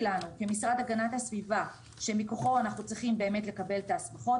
לנו כמשרד הגנת הסביבה שמכוחו אנחנו צריכים באמת לקבל את ההסמכות.